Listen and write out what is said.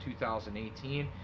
2018